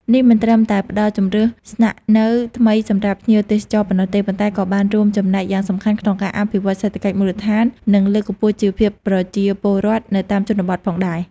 នេះមិនត្រឹមតែផ្តល់ជម្រើសស្នាក់នៅថ្មីសម្រាប់ភ្ញៀវទេសចរប៉ុណ្ណោះទេ ប៉ុន្តែក៏បានរួមចំណែកយ៉ាងសំខាន់ក្នុងការអភិវឌ្ឍសេដ្ឋកិច្ចមូលដ្ឋាន និងលើកកម្ពស់ជីវភាពប្រជាពលរដ្ឋនៅតាមជនបទផងដែរ។